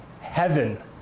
Heaven